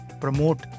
promote